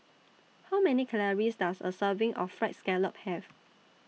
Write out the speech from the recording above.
How Many Calories Does A Serving of Fried Scallop Have